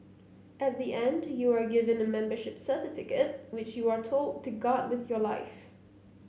at the end you are given a membership certificate which you are told to guard with your life